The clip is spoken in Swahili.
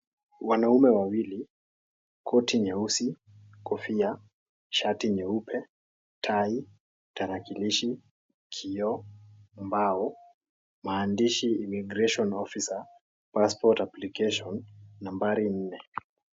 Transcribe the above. Wanaume wawili, koti nyeusi, kofia, shati nyeupe, tai, tarakilishi, kioo, mbao, maandishi (cs)Immigration Officer, Passport application(cs) nambari nne.